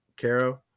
Caro